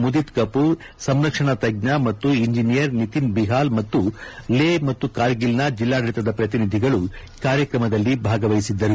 ಮುದಿತ್ ಕಪೂರ್ ಸಂರಕ್ಷಣ ತಜ್ಞ ಮತ್ತು ಇಂಜೆನಿಯರ್ ನಿತಿನ್ ಬಿಹಾಲ್ ಮತ್ತು ಲೇಹ್ ಮತ್ತು ಕಾರ್ಗಿಲ್ನ ಜಿಲ್ಲಾಡಳಿತದ ಪ್ರತಿನಿಧಿಗಳು ಕಾರ್ಯಕ್ರಮದಲ್ಲಿ ಭಾಗವಹಿಸಿದ್ದರು